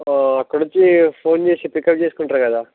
అక్కడొచ్చి phone చేసి pick up చేసుకుంటారు కదా